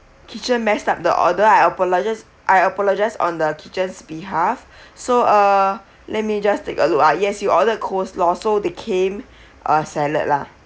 kitchen messed up the order I apologise I apologise on the kitchen's behalf so uh let me just take a look ah yes you order coleslaw so they came a salad lah